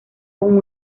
con